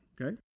okay